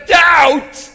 doubt